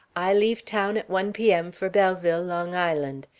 i leave town at one p m. for belleville, long island.